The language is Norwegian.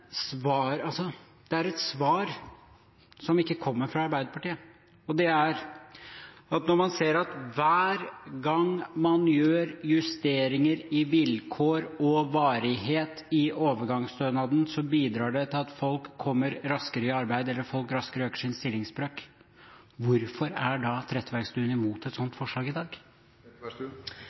svar som ikke kommer fra Arbeiderpartiet. Det er at når man ser at hver gang man gjør justeringer i vilkår og varighet i overgangsstønaden, bidrar det til at folk kommer raskere i arbeid, eller at folk raskere øker sin stillingsbrøk. Hvorfor er da Trettebergstuen imot et sånt forslag i